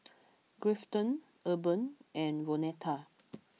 Grafton Urban and Vonetta